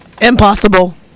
impossible